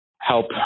help